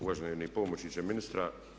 Uvaženi pomoćniče ministra!